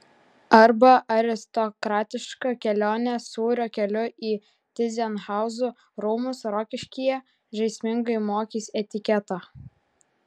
arba aristokratiška kelionė sūrio keliu į tyzenhauzų rūmus rokiškyje žaismingai mokys etiketo